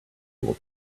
will